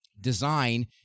design